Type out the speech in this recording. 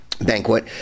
banquet